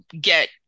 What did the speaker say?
get